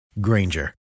Granger